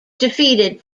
defeated